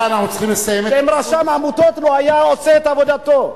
רשם העמותות היה עושה את עבודתו.